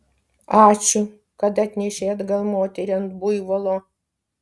ačiū kad atnešei atgal moterį ant buivolo